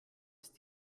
ist